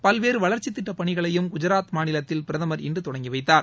பல்வேறு வளர்ச்சித்திட்டப்பணிகளையும் குஜராத் மாநிலத்தில் பிரதமர் இன்று தொடங்கிவைத்தார்